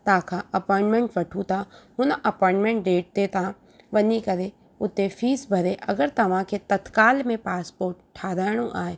तव्हां खां अपॉईंट्मेंट वठूं था हुन अपॉईंट्मेंट डेट तव्हां वञी करे उते फीस भरे अगरि तव्हांखे तत्काल में पासपोट ठाहिराइणो आहे